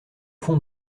fond